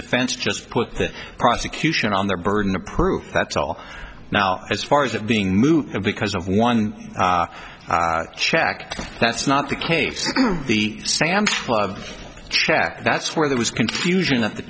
defense just put a prosecution on their burden of proof that's all now as far as it being moved because of one check that's not the case the sam's club check that's where there was confusion at the